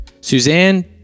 Suzanne